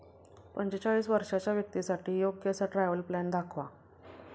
पंचेचाळीस वर्षांच्या व्यक्तींसाठी योग्य असा ट्रॅव्हल प्लॅन दाखवा